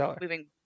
moving